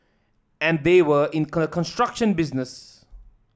and they were in construction business